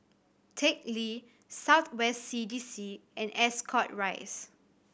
Teck Lee South West C D C and Ascot Rise